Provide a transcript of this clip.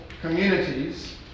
communities